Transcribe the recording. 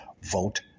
vote